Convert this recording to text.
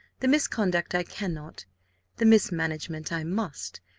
the misconduct i cannot the mis-management i must,